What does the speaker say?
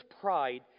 pride